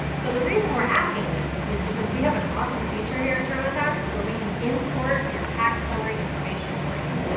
so the reason we're asking this is because we have an awesome feature here at turbotax where we can import your tax summary information for you.